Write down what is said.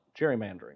gerrymandering